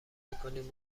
میکنید